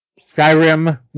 Skyrim